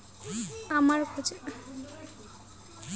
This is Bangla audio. আমার ব্যাংক এর একাউন্টে কি উপযোগিতা বাবদ খরচের সুবিধা রয়েছে?